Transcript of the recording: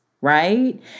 right